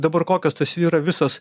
dabar kokios tos yra visos